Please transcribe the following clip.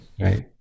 right